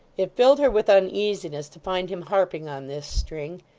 it filled her with uneasiness to find him harping on this string,